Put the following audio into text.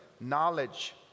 knowledge